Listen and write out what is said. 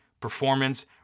performance